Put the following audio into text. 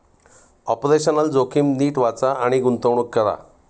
operational जोखीम नीट वाचा आणि गुंतवणूक करा